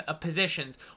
positions